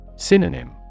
Synonym